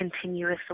continuously